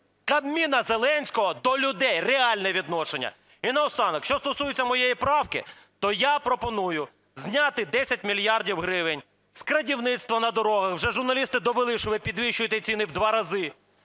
Кабміну Зеленського до людей, реальне відношення. І наостанок. Що стосується моєї правки, то я пропоную зняти 10 мільярдів гривень з "крадівництва" на дорогах, уже журналісти довели, що ви підвищуєте ціни в два рази.